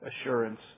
assurance